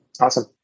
Awesome